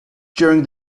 during